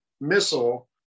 missile